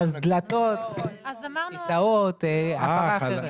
דלתות, כיסאות וכולי.